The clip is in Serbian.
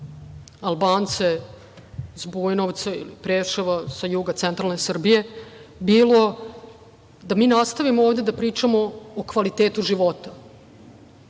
Albance iz Bujanovca ili Preševa, sa juga centralne Srbije bilo da mi nastavimo ovde da pričamo o kvalitetu života,